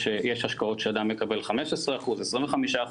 יש השקעות שאדם מקבל 15% או 25%,